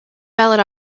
valid